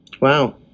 Wow